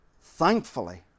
thankfully